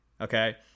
Okay